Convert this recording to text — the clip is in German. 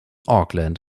auckland